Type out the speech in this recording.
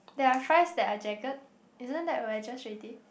there are fries that are jagged isn't that wedges already